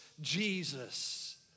jesus